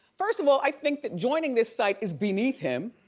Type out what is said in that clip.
first of all, i think that joining this site is beneath him